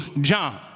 John